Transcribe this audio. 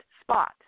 spot